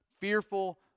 fearful